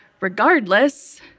regardless